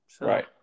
Right